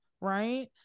right